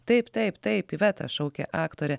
taip taip taip iveta šaukė aktorė